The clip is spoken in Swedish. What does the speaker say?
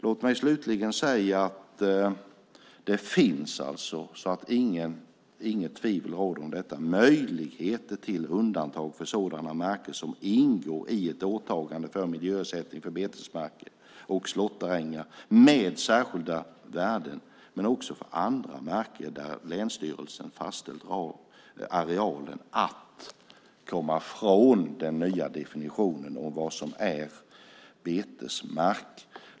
Låt mig slutligen säga - så att det inte råder något tvivel om det - att det finns möjligheter till undantag för sådana marker som ingår i ett åtagande för miljösättning för betesmarker och slåtterängar med särskilda värden - och också för andra marker där länsstyrelsen fastställt arealen - att komma ifrån den nya definitionen av vad som är betesmark.